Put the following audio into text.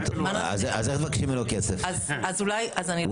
אז איך תבקשי ממנו כסף?